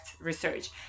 research